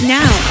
now